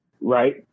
right